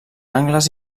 angles